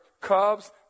cubs